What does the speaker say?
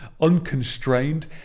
unconstrained